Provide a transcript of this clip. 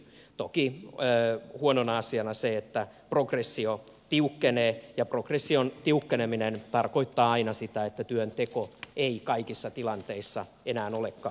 toki huono asia on se että progressio tiukkenee ja progression tiukkeneminen tarkoittaa aina sitä että työnteko ei kaikissa tilanteissa enää olekaan kannattavaa